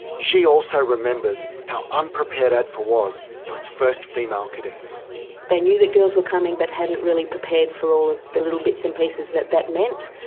she also remembers how unprepared adfa was for its first female cadetssandy moggach they knew that girls were coming but hadn't really prepared for all of the little bits and pieces that that meant.